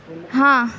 ہاں